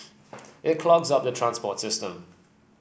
it clogs up the transport system